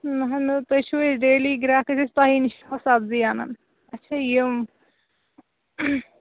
اَہَن حظ تُہۍ چھِو اَسہِ ڈیلی گرٛاکھ أسۍ حظ چھِ تۄہی نِش سَبزۍ اَنان تہٕ یِم